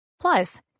Plus